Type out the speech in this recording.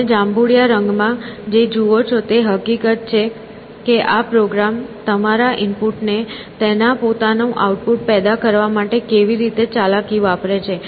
અને તમે જાંબુડિયા રંગ માં જે જુઓ છો તે હકીકત છે કે આ પ્રોગ્રામ તમારા ઇનપુટને તેના પોતાનું આઉટપુટ પેદા કરવા માટે કેવી રીતે ચાલાકી વાપરે છે